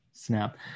snap